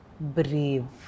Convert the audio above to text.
brave